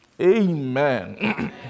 Amen